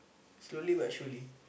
slowly but surely